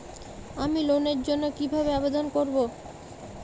আমি লোনের জন্য কিভাবে আবেদন করব?